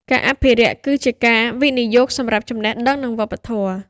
ការអភិរក្សគឺជាការវិនិយោគសម្រាប់ចំណេះដឹង និងវប្បធម៌។